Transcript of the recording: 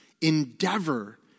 endeavor